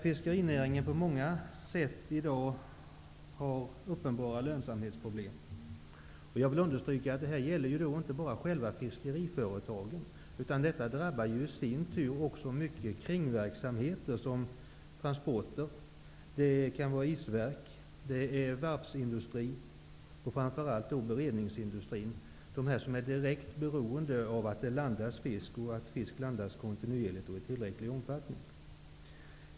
Fiskerinäringen har i dag på många sätt uppenbara lönsamhetsproblem. Det gäller inte bara själva fiskeriföretagen, utan det drabbar i sin tur också många kringverksamheter, som transporter, isverk, varvsindustri och framför allt beredningsindustrin. Det gäller verksamheter som är direkt beroende av att det landas fisk kontinuerligt och i tillräcklig omfattning.